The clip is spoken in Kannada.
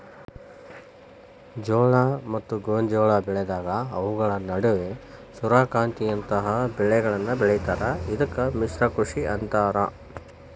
ಜೋಳ ಮತ್ತ ಗೋಂಜಾಳ ಬೆಳೆದಾಗ ಅವುಗಳ ನಡುವ ಸೂರ್ಯಕಾಂತಿಯಂತ ಬೇಲಿಗಳನ್ನು ಬೆಳೇತಾರ ಇದಕ್ಕ ಮಿಶ್ರ ಕೃಷಿ ಅಂತಾರ